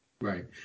right